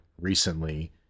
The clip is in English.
recently